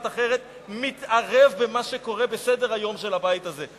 אחרת מתערב במה שקורה בסדר-היום של הבית הזה,